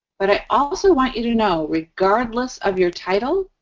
but i also want you to know, regardless of your title,